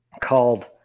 called